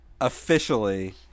Officially